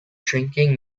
drinking